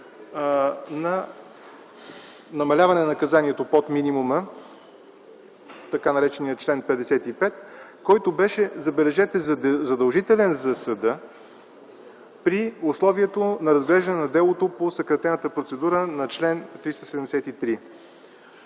на намаляване наказанието под минимума – така нареченият чл. 55, който беше, забележете, задължителен за съда при условието на разглеждане на делото по съкратената процедура на чл. 373.